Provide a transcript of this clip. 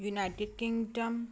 United Kingdom